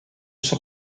son